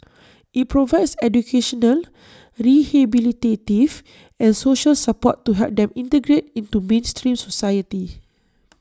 IT provides educational rehabilitative and social support to help them integrate into mainstream society